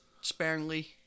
sparingly